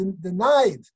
denied